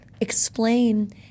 Explain